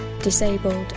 Disabled